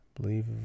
believe